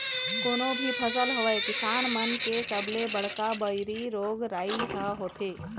कोनो भी फसल होवय किसान मन के सबले बड़का बइरी रोग राई ह होथे